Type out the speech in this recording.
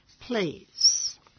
please